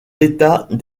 l’état